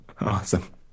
Awesome